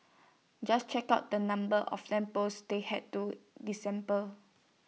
just check out the number of lamp posts they had to disassemble